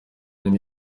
hari